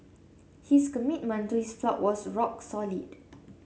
his commitment to his flock was rock solid